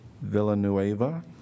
Villanueva